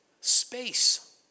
space